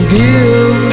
give